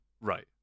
Right